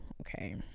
okay